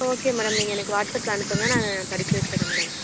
okay madam நீங்கள் எனக்கு வாட்ஸ்அப்பில் அனுப்புங்கள் நான் படிக்க வச்சிடுறேன் மேடம்